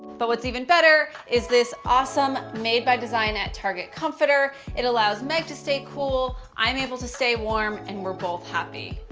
but what's even better is this awesome, made by design at target comforter. it allows meg stay cool, i'm able to stay warm. and we're both happy.